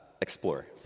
explore